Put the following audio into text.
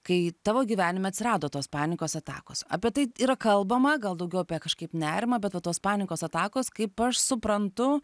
kai tavo gyvenime atsirado tos panikos atakos apie tai yra kalbama gal daugiau apie kažkaip nerimą bet va tos panikos atakos kaip aš suprantu